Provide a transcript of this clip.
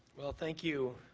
well thank you,